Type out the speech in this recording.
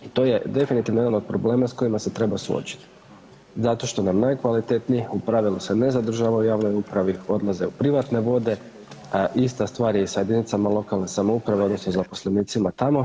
To je definitivno jedan od problema s kojim se treba suočiti zato što nam najkvalitetniji u pravilu se ne zadržavaju u javnoj upravi, odlaze u privatne vode, ista stvar je i sa jedinicama lokalne samouprave odnosno zaposlenicima tamo.